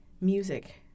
music